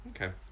Okay